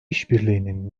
işbirliğinin